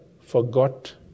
forgot